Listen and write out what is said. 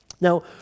Now